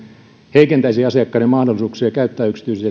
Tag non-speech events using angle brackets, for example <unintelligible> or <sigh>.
heikentäisi asiakkaiden mahdollisuuksia käyttää yksityisiä <unintelligible>